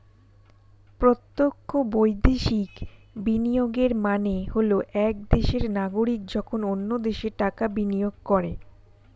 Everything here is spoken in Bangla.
প্রত্যক্ষ বৈদেশিক বিনিয়োগের মানে হল এক দেশের নাগরিক যখন অন্য দেশে টাকা বিনিয়োগ করে